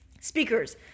Speakers